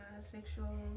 sexual